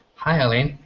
hi arlene.